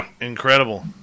incredible